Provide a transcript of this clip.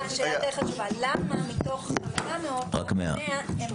למה מתוך 400 רק 100 הם